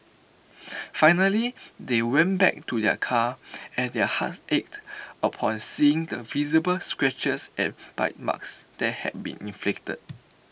finally they went back to their car and their hearts ached upon seeing the visible scratches and bite marks that had been inflicted